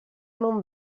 non